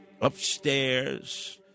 upstairs